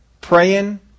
Praying